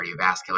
cardiovascular